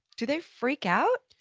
do they freak out?